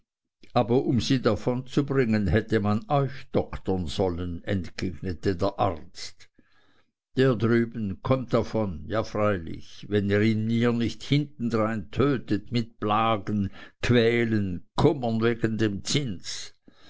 aber um sie davonzubringen hätte man euch doktern sollen entgegnete der arzt der drüben kömmt davon ja freilich wenn ihr mir ihn nicht hintendrein tötet mit plagen quälen kummern wegen dem zins